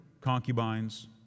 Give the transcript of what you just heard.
concubines